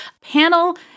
panel